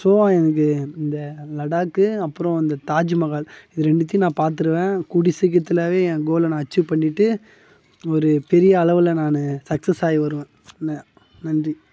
so எனக்கு இந்த லடாக்கு அப்புறோம் இந்த தாஜ்மஹால் இது ரெண்டுத்தியும் நான் பார்த்துருவேன் கூடிய சீக்கிரத்துலேவே என் கோல்லை நான் அச்சீவ் பண்ணிவிட்டு ஒரு பெரிய அளவில் நானும் சக்ஸஸ்சாகி வருவேன் ந நன்றி